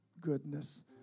goodness